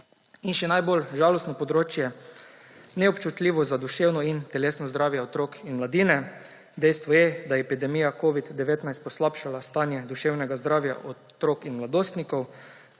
Še najbolj žalostno področje – neobčutljivost za duševno in telesno zdravje otrok in mladine. Dejstvo je, da je epidemija covida-19 poslabšala stanje duševnega zdravja otrok in mladostnikov.